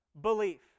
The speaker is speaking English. belief